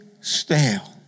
stale